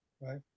right